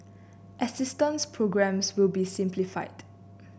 assistance programmes will be simplified